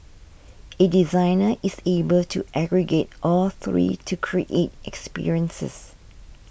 a designer is able to aggregate all three to create experiences